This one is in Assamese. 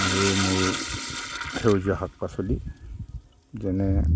আৰু মোৰ সেউজীয়া শাক পাচলি যেনে